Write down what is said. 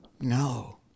No